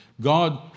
God